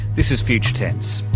this is future tense.